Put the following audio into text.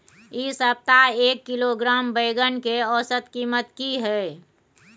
इ सप्ताह एक किलोग्राम बैंगन के औसत कीमत की हय?